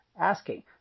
asking